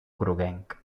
groguenc